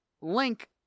link